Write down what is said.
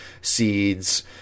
seeds